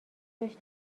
داشت